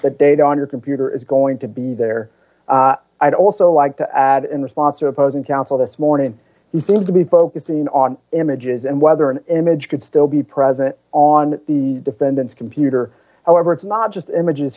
the data on your computer is going to be there i'd also like to add in the sponsor opposing counsel this morning he seems to be focusing on images and whether an image could still be present on the defendant's computer however it's not just images